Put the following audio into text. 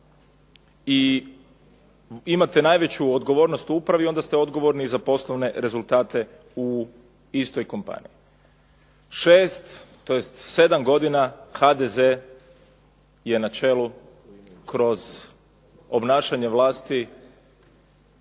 i imate najveću odgovornost u upravi onda ste odgovorni za poslovne rezultate u istoj kompaniji. 6 tj. 7 godina HDZ je na čelu kroz obnašanje vlasti